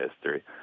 history